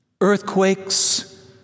earthquakes